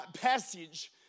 passage